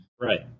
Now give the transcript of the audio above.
right